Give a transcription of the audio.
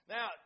Now